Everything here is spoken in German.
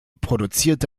produzierte